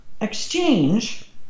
exchange